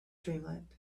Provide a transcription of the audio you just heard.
dreamland